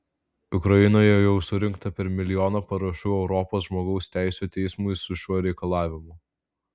ukrainoje jau surinkta per milijoną parašų europos žmogaus teisių teismui su šiuo reikalavimu